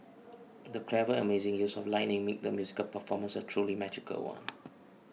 the clever and amazing use of lighting made the musical performance a truly magical one